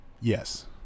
Yes